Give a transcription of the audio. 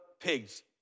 pigs